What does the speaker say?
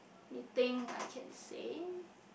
meeting I can say